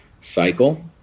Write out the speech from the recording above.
cycle